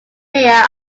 mayor